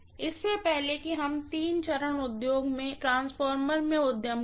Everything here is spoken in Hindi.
इससे पहले कि हम तीन चरण ट्रांसफार्मर में उद्यम करें